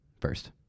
first